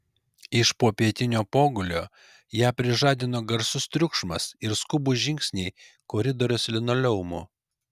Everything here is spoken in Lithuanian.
iš popietinio pogulio ją prižadino garsus triukšmas ir skubūs žingsniai koridoriaus linoleumu